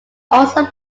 also